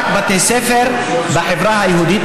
רק בתי ספר בחברה היהודית,